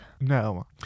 No